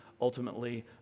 ultimately